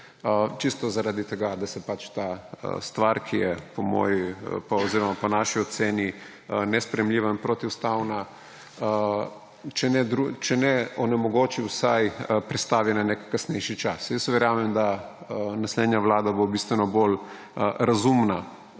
čisto zaradi tega, da se pač ta stvar, ki je po moji oziroma po naši oceni nesprejemljiva in protiustavna, če ne onemogoči, pa vsaj prestavi na nek kasnejši čas. Jaz verjamem, da bo naslednja vlada bistveno bolj razumna